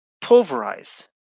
pulverized